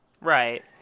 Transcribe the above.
Right